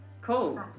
cool